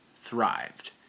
thrived